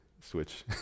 switch